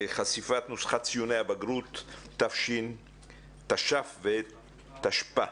חשיפת נוסחת ציוני בגרות תש"ף ותשפ"א